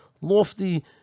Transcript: lofty